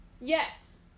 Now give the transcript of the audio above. Yes